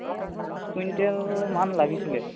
প্ৰায় পাঁচ কুইণ্টেলমান লাগিছিলে